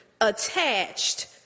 attached